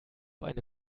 eine